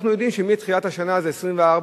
אנחנו יודעים שמתחילת השנה זה 24%,